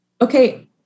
okay